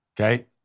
okay